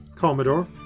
Commodore